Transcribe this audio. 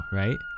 right